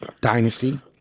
dynasty